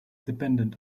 dependent